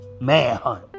Manhunt